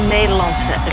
Nederlandse